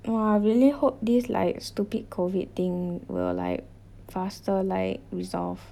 !wah! really hope this like stupid COVID thing will like faster like resolve